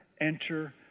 enter